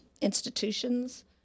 institutions